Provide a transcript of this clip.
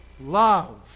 love